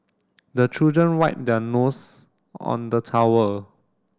the children wipe their nose on the towel